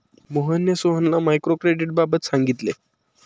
मोहनने सोहनला मायक्रो क्रेडिटबाबत सांगितले